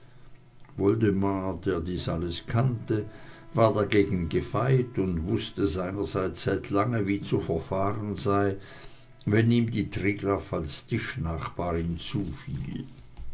woldemar der dies alles kannte war dagegen gefeit und wußte seinerseits seit lange wie zu verfahren sei wenn ihm die triglaff als tischnachbarin zufiel